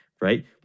right